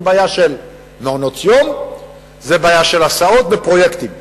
זה בעיה של הסעות ופרויקטים.